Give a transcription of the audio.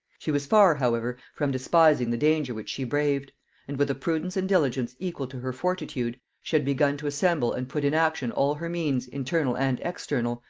she was far, however, from despising the danger which she braved and with a prudence and diligence equal to her fortitude, she had begun to assemble and put in action all her means, internal and external,